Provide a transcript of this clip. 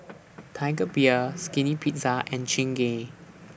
Tiger Beer Skinny Pizza and Chingay